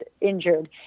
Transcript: injured